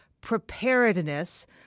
preparedness